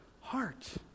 heart